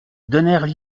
donnèrent